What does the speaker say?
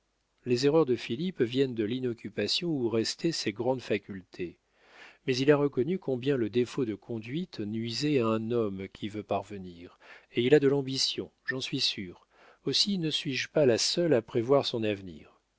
les erreurs de philippe viennent de l'inoccupation où restaient ses grandes facultés mais il a reconnu combien le défaut de conduite nuisait à un homme qui veut parvenir et il a de l'ambition j'en suis sûre aussi ne suis-je pas la seule à prévoir son avenir